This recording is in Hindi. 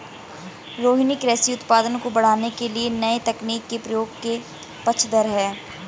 रोहिनी कृषि उत्पादन को बढ़ाने के लिए नए तकनीक के प्रयोग के पक्षधर है